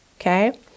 Okay